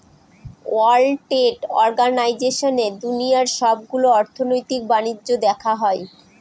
world trade অর্গানাইজেশনে দুনিয়ার সবগুলো অর্থনৈতিক বাণিজ্য দেখা হয়